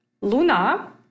Luna